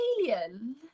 alien